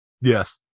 Yes